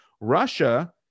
Russia